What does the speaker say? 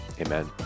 amen